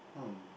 hmm